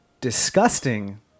disgusting